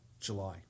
July